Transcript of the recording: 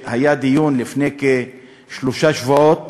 שהיה דיון לפני כשלושה שבועות